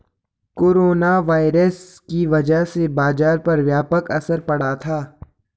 corona virus की वजह से बाजार पर व्यापक असर पड़ा था